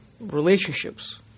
relationships